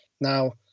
Now